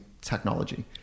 technology